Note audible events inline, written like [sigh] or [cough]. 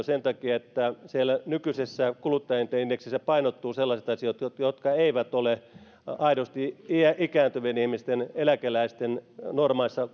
[unintelligible] sen takia että siellä nykyisessä kuluttajahintaindeksissä painottuvat sellaiset asiat jotka eivät ole aidosti ikääntyvien ihmisten eläkeläisten normaalissa [unintelligible]